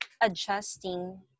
adjusting